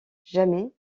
jamais